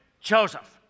Joseph